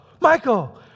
Michael